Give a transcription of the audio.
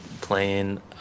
playing